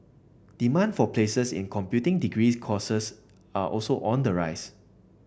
demand for places in computing degrees courses are also on the rise